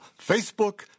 Facebook